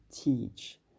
teach